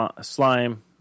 Slime